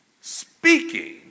speaking